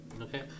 Okay